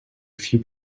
few